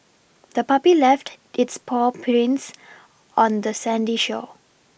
the puppy left its paw prints on the sandy shore